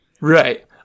Right